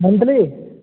monthly